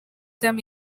them